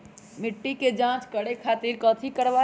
मिट्टी के जाँच करे खातिर कैथी करवाई?